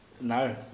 No